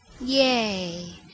Yay